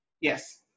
Yes